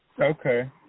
Okay